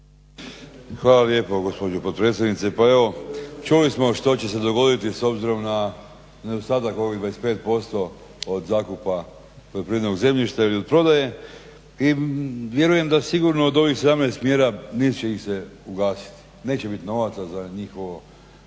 Hvala lijepo gospođo potpredsjednice. Pa evo čuli smo što će se dogoditi s obzirom na ostatak ovih 25% od zakupa poljoprivrednog zemljišta ili od prodaje i vjerujem da sigurno od ovih 17 mjera neće ih se ugasiti, neće biti novaca za njihovo